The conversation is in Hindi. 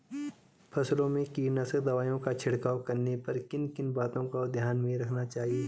फसलों में कीटनाशक दवाओं का छिड़काव करने पर किन किन बातों को ध्यान में रखना चाहिए?